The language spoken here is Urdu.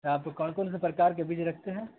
آپ کون کون سے پرکار کے بیج رکھتے ہیں